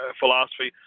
philosophy